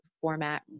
format